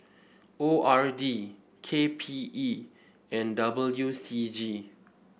O R D K P E and W C G